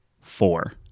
four